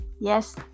Yes